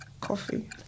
Coffee